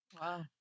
Wow